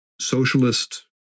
socialist